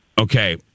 Okay